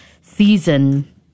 season